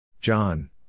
John